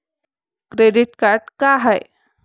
Credit card का हाय?